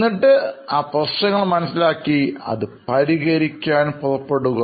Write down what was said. എന്നിട്ട് ആ പ്രശ്നങ്ങൾ മനസ്സിലാക്കി അത് പരിഹരിക്കാൻ പുറപ്പെടുക